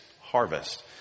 harvest